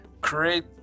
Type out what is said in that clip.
create